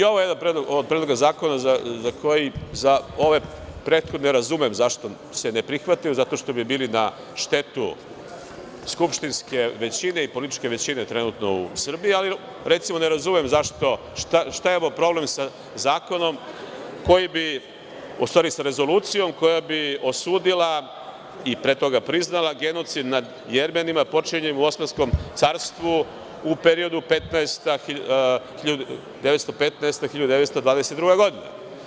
I ovo je jedan od predloga zakona, za ove prethodne razumem zašto se ne prihvataju, zato što bi bili na štetu skupštinske većine i političke većine trenutno u Srbiji, ali, recimo, ne razumem šta je ovo problem sa zakonom koji bi, u stvari sa Rezolucijom koja bi osudila i pre toga priznala genocid nad Jermenima počinjen u Osmanskom carstvu u periodu od 1915. do 1922. godine.